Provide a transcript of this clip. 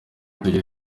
tugiye